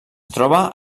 troba